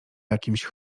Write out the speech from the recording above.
jakimś